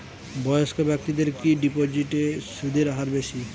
বয়স্ক ব্যেক্তিদের কি ডিপোজিটে সুদের হার বেশি?